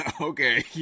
Okay